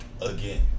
again